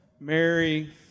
Mary